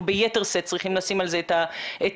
ביתר שאת צריכים לשים על זה את הזרקור.